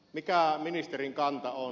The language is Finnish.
mikä ministerin kanta on